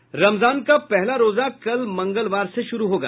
रमजान का पहला रोजा कल मंगलवार से शुरू होगा